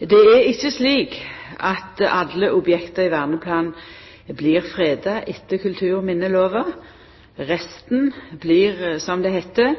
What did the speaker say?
Det er ikkje slik at alle objekta i verneplanen blir freda etter kulturminnelova. Resten blir, som det heiter,